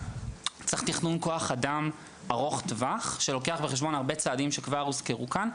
צריך תכנון כוח אדם ארוך טווח שלוקח בחשבון הרבה צעדים שכבר הוזכרו כאן,